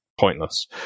pointless